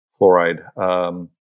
fluoride